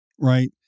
right